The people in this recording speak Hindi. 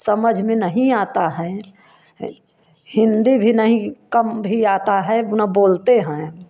समझ में नहीं आता है हिन्दी भी नहीं कम भी आता है ना बोलते हैं